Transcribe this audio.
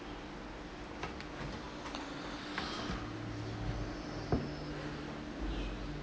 yes sure uh